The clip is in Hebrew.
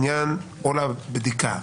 לעניין "או לבדיקה".